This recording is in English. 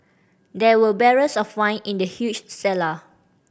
there were barrels of wine in the huge cellar